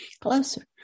closer